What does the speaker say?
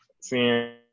seeing